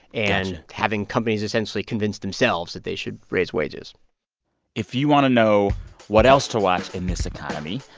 and having companies essentially convince themselves that they should raise wages if you want to know what else to watch in this economy,